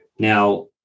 Now